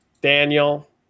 Daniel